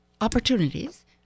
opportunities